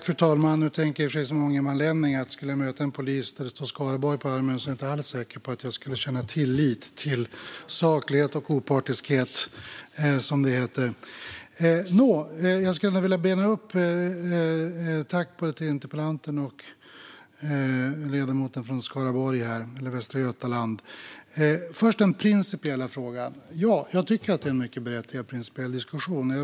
Fru talman! Om jag som ångermanlänning skulle möta en polis med "Skaraborg" på armen är jag inte alls säker på att jag skulle känna tillit till saklighet och opartiskhet, som det heter. Tack till både interpellanten och ledamoten från Västra Götaland! Jag skulle vilja bena upp detta och först ta den principiella frågan. Jag tycker att det är en mycket berättigad principiell diskussion.